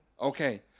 Okay